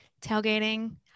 tailgating